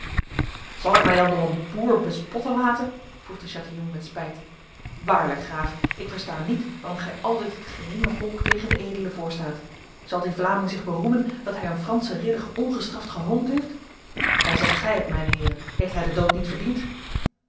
zal ik mij dan door een boer bespotten laten vroeg de chatillon met spijt waarlijk graaf ik versta niet waarom gij altijd het geringe volk tegen de edelen voorstaat zal die vlaming zich beroemen dat hij een franse ridder ongestraft gehoond heeft en zegt gij het mijne heren heeft hij de dood niet verdiend